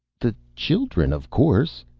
the children, of course.